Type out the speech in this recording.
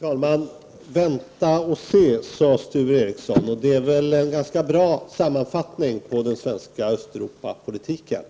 Herr talman! Vänta och se, sade Sture Ericson. Det är väl en ganska bra sammanfattning av den svenska Östeuropapolitiken.